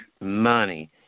money